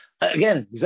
Again